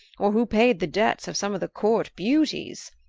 or who paid the debts of some of the court beauties.